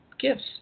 gifts